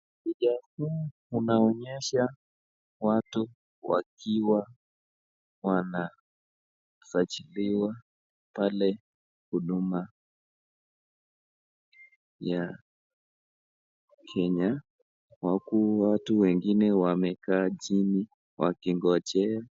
Picha huu unaonyesha watu wakiwa wanasajiliwa pale huduma ya Kenya, huko watu wengine wamekaa chini wakingojea.